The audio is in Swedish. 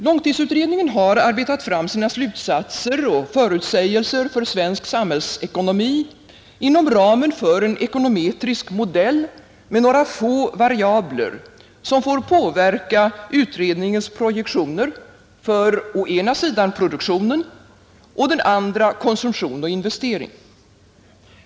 Långtidsutredningen har arbetat fram sina slutsatser och förutsägelser för svensk samhällsekonomi inom ramen för en ekonometrisk modell med några få variabler, som får påverka utredningens projektioner för å ena sidan produktionen, å andra sidan konsumtion och investering.